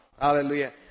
Hallelujah